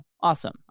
awesome